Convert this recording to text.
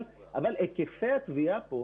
אבל היקפי התביעה כאן